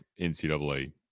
NCAA